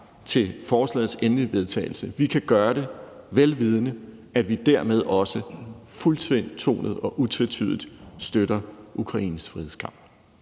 til forslagets endelige vedtagelse. Vi kan gøre det, vel vidende at vi dermed også fuldtonet og utvetydigt støtter Ukraines frihedskamp.